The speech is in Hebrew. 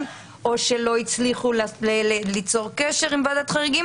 או שלא הצליחו ליצור קשר עם ועדת החריגים.